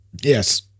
Yes